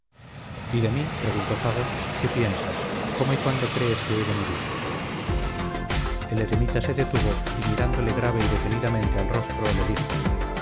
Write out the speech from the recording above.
y de mí preguntó fago qué piensas cómo y cuándo crees que he de morir el eremita se detuvo y mirándole grave y detenidamente al rostro le dijo